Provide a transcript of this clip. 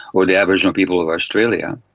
or the aboriginal people of australia,